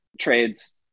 trades